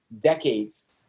decades